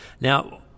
Now